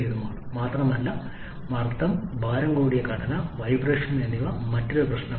അപൂർണ്ണമായ ജ്വലനം കാരണം അവ മലിനീകരണ സാധ്യതയുള്ളവയാണ് മാത്രമല്ല ഉയർന്ന മർദ്ദം ഭാരം കൂടിയ ഘടന വൈബ്രേഷൻ എന്നിവ മറ്റൊരു പ്രശ്നമാണ്